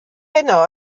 heno